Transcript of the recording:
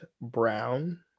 Brown